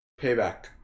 Payback